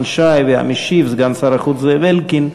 שי והמשיב הוא סגן שר החוץ זאב אלקין,